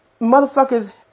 motherfuckers